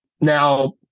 Now